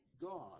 God